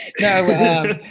no